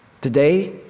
Today